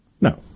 No